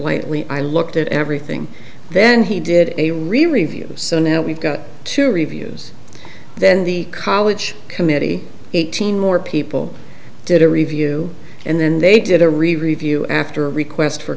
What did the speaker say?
lightly i looked at everything then he did a real review so now we've got two reviews then the college committee eighteen more people did a review and then they did a review after a request for